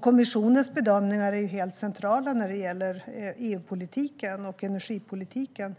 Kommissionens bedömningar är helt centrala när det gäller EU-politiken och energipolitiken.